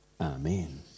Amen